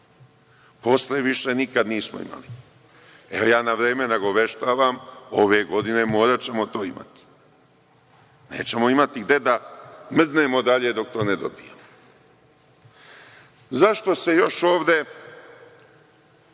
posle više nikad nismo imali. Evo, ja na vreme nagoveštavam ove godine moraćemo to imati. Nećemo imati gde da mrdnemo dalje dok to ne dobijemo.Zašto se još ovde